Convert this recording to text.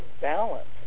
balance